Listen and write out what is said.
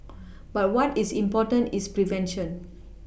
but what is important is prevention